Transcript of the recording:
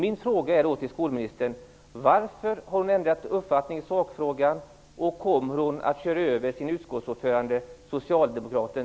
Min fråga till skolministern är: Varför har hon ändrat uppfattning i sakfrågan, och kommer hon att köra över sin utskottsordförande, socialdemokraten